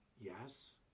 yes